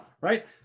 right